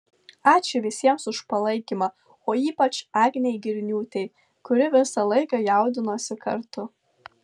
ačiū visiems už palaikymą o ypač agnei girniūtei kuri visą laiką jaudinosi kartu